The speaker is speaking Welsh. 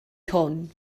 hwn